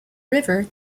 river